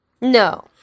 No